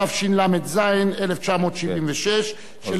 התשל"ז 1976. כן.